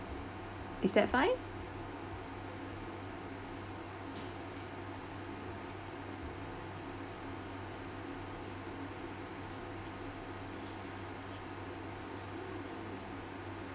is that fine